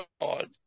God